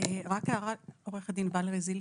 הערה לנוסח,